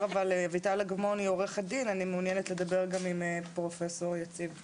ראש הוועדה מביאה לדיון נושאים בעלי חשיבות